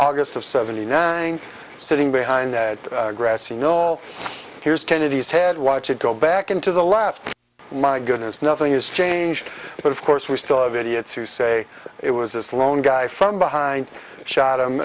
august of seventy nine sitting behind the grassy knoll here's kennedy's head watch it go back into the left my goodness nothing has changed but of course we still have idiots who say it was this lone guy from behind shot